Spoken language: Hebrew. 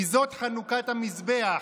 מ"זאת חנוכת המזבח",